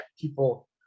people